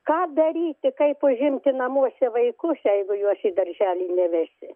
ką daryti kaip užimti namuose vaikus jeigu juos į darželį nevesi